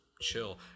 chill